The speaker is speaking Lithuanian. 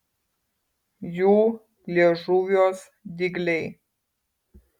jų liežuviuos dygliai